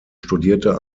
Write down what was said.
studierte